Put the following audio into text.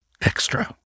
extra